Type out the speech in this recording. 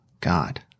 God